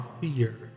fear